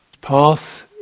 Path